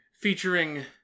featuring